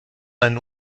ein